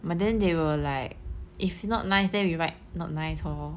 but then they will like if not nice then we write not nice hor